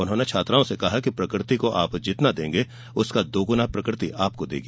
उन्होंने छात्राओं से कहा कि प्रकृति को आप जितना देंगे उसका दोगुना प्रकृति आपको देगी